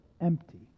empty